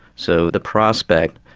so the prospect,